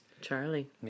Charlie